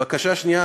בקשה שנייה,